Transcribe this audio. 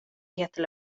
heter